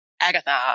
Agatha